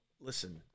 listen